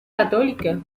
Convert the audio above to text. católica